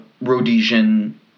Rhodesian